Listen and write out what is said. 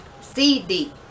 CD